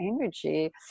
energy